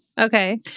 Okay